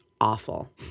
awful